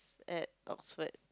at Oxford